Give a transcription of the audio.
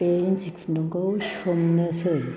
बे इन्दि खुन्दुंखौ सोमनोसै